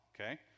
Okay